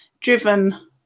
driven